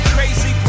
Crazy